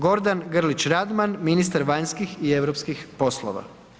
Gordan Grlić Radman, ministar vanjskih i europskih poslova.